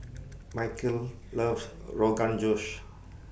Micheal loves Rogan Josh